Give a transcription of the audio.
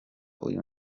uyu